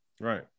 Right